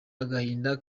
agahinda